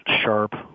sharp